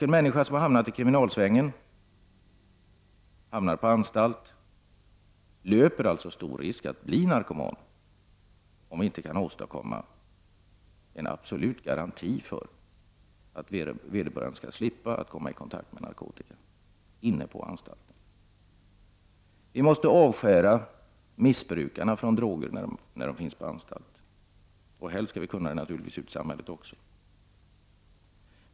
En människa som har hamnat i kriminalsvängen, som har hamnat på anstalt, löper alltså stor risk att bli narkoman, om vi inte kan åstadkomma en absolut garanti för att vederbörande skall slippa komma i kontakt med narkotika inne på anstalten. När missbrukare finns på anstalt, måste vi avskära dem från droger — och helst skall vi naturligtvis kunna göra det också när de är ute i samhället.